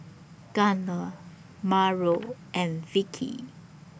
Gardner Mauro and Vickie